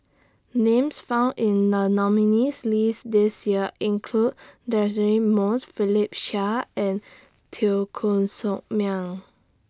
Names found in The nominees' list This Year include Deirdre Moss Philip Chia and Teo Koh Sock Miang